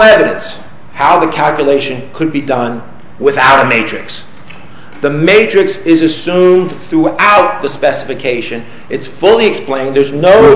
evidence how the calculation could be done without a matrix the matrix is assumed throughout the specification it's fully explained there's no